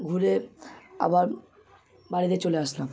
ঘুরে আবার বাড়িতে চলে আসলাম